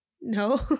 no